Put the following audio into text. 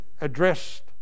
addressed